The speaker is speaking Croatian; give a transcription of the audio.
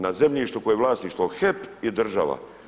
Na zemljištu koje je vlasništvo HEP i država.